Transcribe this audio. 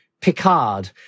Picard